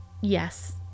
yes